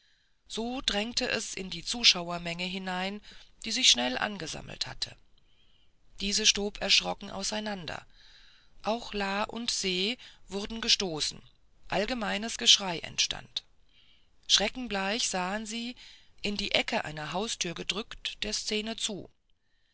so drängte es in die zuschauermenge hinein die sich schnell angesammelt hatte diese stob erschrocken auseinander auch la und se wurden gestoßen allgemeines geschrei entstand schreckensbleich sahen sie in die ecke einer haustür gedrückt der szene zu